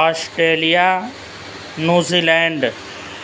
Australia New Zealand